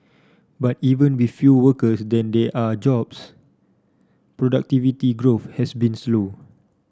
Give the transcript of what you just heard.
but even with fewer workers than there are jobs productivity growth has been slow